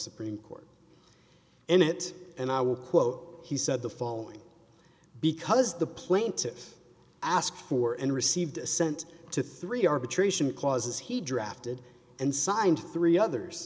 supreme court in it and i will quote he said the following because the plaintive asked for and received assent to three arbitration clauses he drafted and signed three others